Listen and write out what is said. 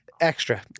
Extra